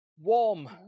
Warm